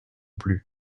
plus